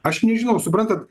aš nežinau suprantat